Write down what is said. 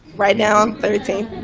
right down thirteenth.